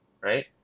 Right